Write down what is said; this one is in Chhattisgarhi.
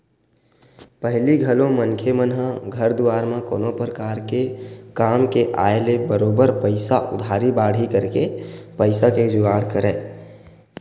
पहिली घलो मनखे मन ह घर दुवार म कोनो परकार के काम के आय ले बरोबर पइसा उधारी बाड़ही करके पइसा के जुगाड़ करय